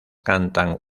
cantan